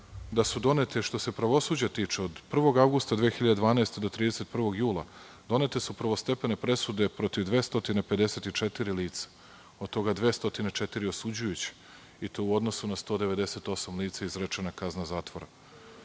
da su donete, što se pravosuđa tiče, od 1. avgusta 2012. godine do 31. jula 2013. godine, donete prvostepene presude protiv 254 lica, od toga 204 osuđujuće i to u odnosu na 198 lica izrečena je kazna zatvora.